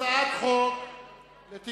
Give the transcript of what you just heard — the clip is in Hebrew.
הצעת חוק לתיקון